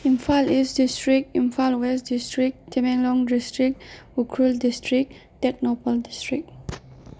Imphal east district Imphal west district Tamenglong district Ukhrul district Tengnoupal district